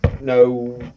no